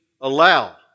allow